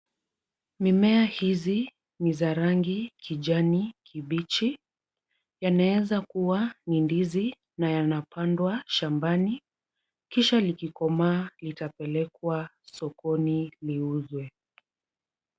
Mimea hizi ni za rangi kijani kibichi. Yanaweza kuwa ni ndizi na yanapandwa shambani kisha likikomaa litapelekwa sokoni liuzwe.